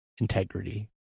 integrity